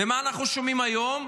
ומה אנחנו שומעים היום?